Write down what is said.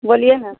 बोलिए ना